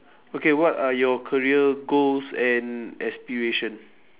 okay what are your career goals and aspiration